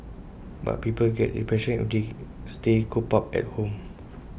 but people get depression if they stay cooped up at home